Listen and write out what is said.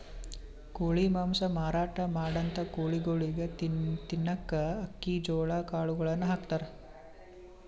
ಕೋಳಿ ಮಾಂಸ ಮಾರಾಟ್ ಮಾಡಂಥ ಕೋಳಿಗೊಳಿಗ್ ತಿನ್ನಕ್ಕ್ ಅಕ್ಕಿ ಜೋಳಾ ಕಾಳುಗಳನ್ನ ಹಾಕ್ತಾರ್